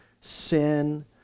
Sin